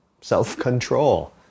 self-control